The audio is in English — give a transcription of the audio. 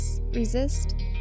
resist